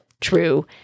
true